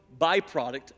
byproduct